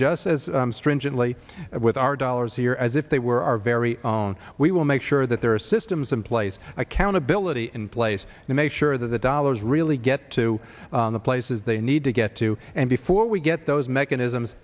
as stringently with our dollars here as if they were our very own we will make sure that there are systems in place accountability in place to make sure that the dollars really get to the places they need to get to and before we get those mechanisms